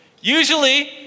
Usually